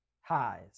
highs